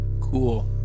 Cool